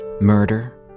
murder